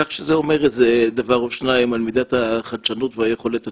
כך שזה אומר דבר או שניים על מידת החדשנות והיכולת הטכנולוגית.